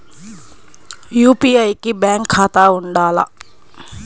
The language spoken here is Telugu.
యూ.పీ.ఐ కి బ్యాంక్ ఖాతా ఉండాల?